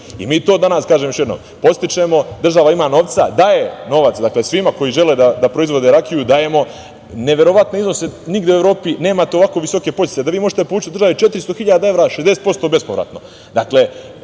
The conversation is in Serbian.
Mi to danas, kažem još jednom, podstičemo. Država ima novca, daje novac svima koji žele da proizvode rakiju, dajemo neverovatne iznose, nigde u Evropi nemate ovako visoke podsticaje, da vi možete da povučete od države 400.000 evra, 60% bespovratno.